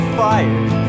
fired